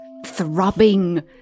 throbbing